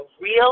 real